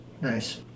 Nice